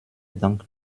dank